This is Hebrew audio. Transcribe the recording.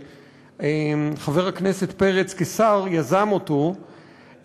שחבר הכנסת פרץ כשר יזם אותו,